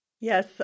Yes